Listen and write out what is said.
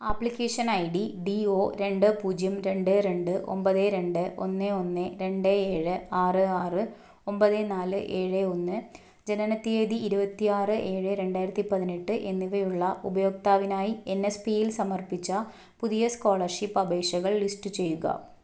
application I D D O രണ്ട് പൂജ്യം രണ്ട് രണ്ട് ഒമ്പത് രണ്ട് ഒന്ന് ഒന്ന് രണ്ട് ഏഴ് ആറ് ആറ് ഒമ്പത് നാല് ഏഴ് ഒന്ന് ജനന തീയതി ഇരുപത്തി ആറ് ഏഴ് രണ്ടായിരത്തി പതിനെട്ട് എന്നിവയുള്ള ഉപയോക്താവിനായി എൻ എസ് പിയിൽ സമർപ്പിച്ച പുതിയ സ്കോളർഷിപ്പ് അപേക്ഷകൾ ലിസ്റ്റ് ചെയ്യുക